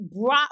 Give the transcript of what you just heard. brought